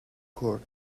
court